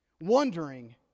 wondering